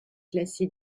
classé